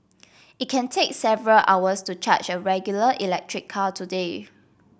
it can take several hours to charge a regular electric car today